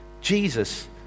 Jesus